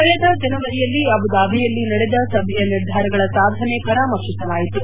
ಕಳೆದ ಜನವರಿಯಲ್ಲಿ ಅಬುಧಾಬಿಯಲ್ಲಿ ನಡೆದ ಸಭೆಯ ನಿರ್ಧಾರಗಳ ಸಾಧನೆ ಪರಾಮರ್ಶಿಸಲಾಯಿತು